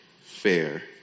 fair